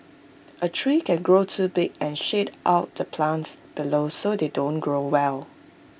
A tree can grow too big and shade out the plants below so they don't grow well